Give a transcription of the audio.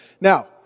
Now